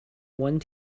one